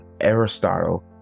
Aristotle